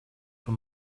for